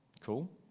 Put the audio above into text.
Cool